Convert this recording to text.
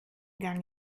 gang